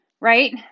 right